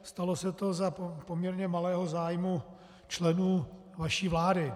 Stalo se to za poměrně malého zájmu členů vaší vlády.